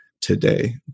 today